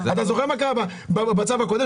אתה זוכר מה קרה בצו הקודם,